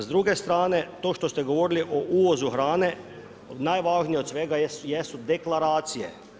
S druge strane to što ste govorili o uvozu hrane, najvažnije od svega jesu deklaracije.